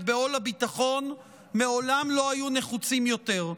בעול הביטחון מעולם לא היו נחוצים יותר.